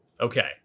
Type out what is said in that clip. Okay